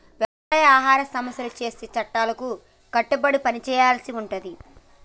వ్యవసాయ ఆహార సంస్థ చేసే చట్టాలకు కట్టుబడి పని చేయాల్సి ఉంటది